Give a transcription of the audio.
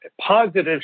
positive